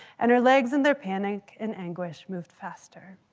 and her legs in their panic and anguish moved faster.